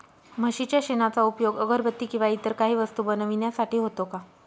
म्हशीच्या शेणाचा उपयोग अगरबत्ती किंवा इतर काही वस्तू बनविण्यासाठी होतो का?